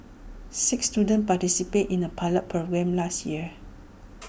six students participated in A pilot programme last year